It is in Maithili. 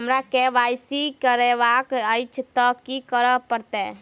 हमरा केँ वाई सी करेवाक अछि तऽ की करऽ पड़तै?